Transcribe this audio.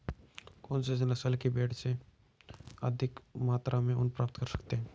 कौनसी नस्ल की भेड़ से अधिक मात्रा में ऊन प्राप्त कर सकते हैं?